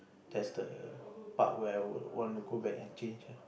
that's the part where I want to go back and change ah